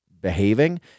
behaving